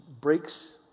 breaks